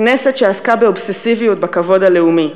כנסת שעסקה באובססיביות בכבוד הלאומי,